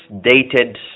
dated